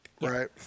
right